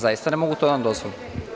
Zaista to ne mogu da vam dozvolim.